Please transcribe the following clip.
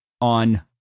on